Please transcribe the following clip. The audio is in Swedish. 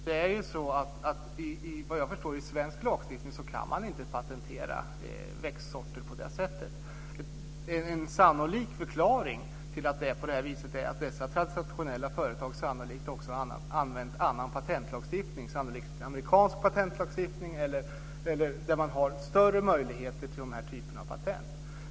Fru talman! Vad jag förstår kan man inte enligt svensk lagstiftning patentera växtsorter på det sättet. En sannolik förklaring till att det är så här är att dessa transnationella företag också har använt en annan patentlagstiftning. Det kan vara amerikansk patentlagstiftning eller någon annan där man har större möjligheter till de här typerna av patent.